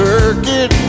Circuit